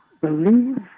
believe